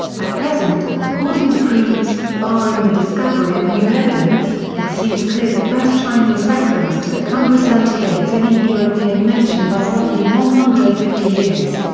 at present, according to kreutz, barring the discovery of new evidence, it seems clear the first chinese reference to the compass antedates any european mention by roughly one hundred and fifty years.